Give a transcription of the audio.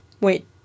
Wait